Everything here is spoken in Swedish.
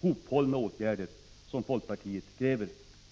hophållna åtgärder som folkpartiet krävt och som utskottet nu ställt sig bakom.